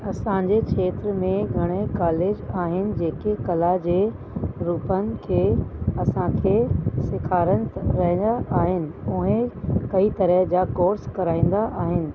असांजे क्षेत्र में घणे कालेज आहिन जेके कला जे रुपनि खे असांखे सेखारे रहिया आहिनि उहे कई तरह जा कोर्स कराईंदा आहिनि